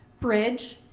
bridge,